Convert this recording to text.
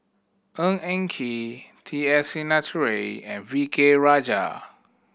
Ng Eng Kee T S Sinnathuray and V K Rajah